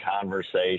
conversation